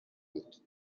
بود